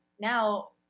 now